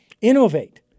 Innovate